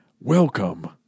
Welcome